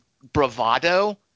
bravado